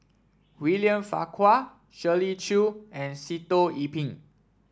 William Farquhar Shirley Chew and Sitoh Yih Pin